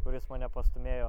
kuris mane pastūmėjo